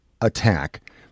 attack